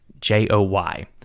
J-O-Y